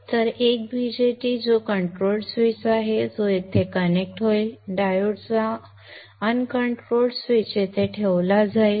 तर 1 BJT जो control switch आहे तो येथे कनेक्ट होईल डायोडचा अनकंट्रोल स्विच येथे ठेवला जाईल